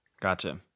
Gotcha